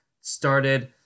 Started